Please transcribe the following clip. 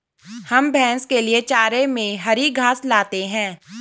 हम भैंस के लिए चारे में हरी घास लाते हैं